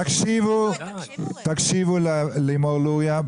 תקשיבו ללימור לוריא.